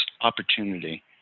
opportunity